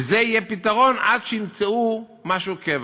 וזה יהיה פתרון עד שימצאו משהו של קבע.